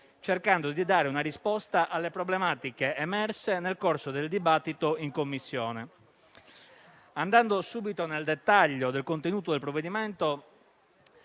cercando di dare una risposta alle problematiche emerse nel corso del dibattito. Andando subito nel dettaglio del contenuto del provvedimento,